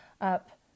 up